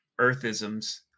earthisms